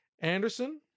Anderson